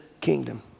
kingdom